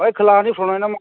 बै खोलाहानि प्रनय ना मा